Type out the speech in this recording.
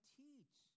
teach